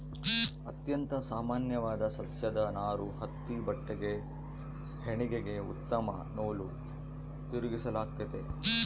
ಅತ್ಯಂತ ಸಾಮಾನ್ಯವಾದ ಸಸ್ಯದ ನಾರು ಹತ್ತಿ ಬಟ್ಟೆಗೆ ಹೆಣಿಗೆಗೆ ಉತ್ತಮ ನೂಲು ತಿರುಗಿಸಲಾಗ್ತತೆ